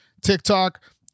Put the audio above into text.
TikTok